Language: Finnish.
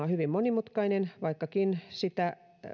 on hyvin monimutkainen vaikkakin sitä